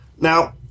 Now